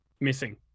missing